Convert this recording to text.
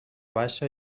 baixa